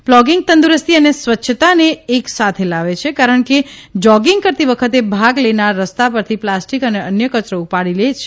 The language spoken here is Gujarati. પ્લોગીંગ તંદુરસ્તી અને સ્વચ્છતાને એક સાથે લાવે છે કારણ કે જોગીંગ કરતી વખતે ભાગ લેનાર રસ્તા રથી પ્લાસ્ટીક અને અન્ય કચરો ઉપાડી લે છે